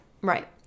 right